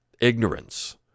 ignorance